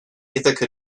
ithaca